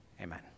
amen